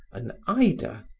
an ida,